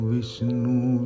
Vishnu